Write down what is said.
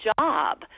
job